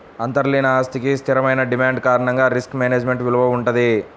అంతర్లీన ఆస్తికి స్థిరమైన డిమాండ్ కారణంగా రిస్క్ మేనేజ్మెంట్ విలువ వుంటది